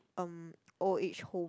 um old age home